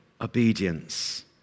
obedience